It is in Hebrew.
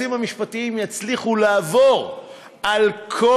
שהיועצים המשפטיים יצליחו לעבור על כל